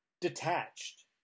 detached